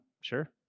Sure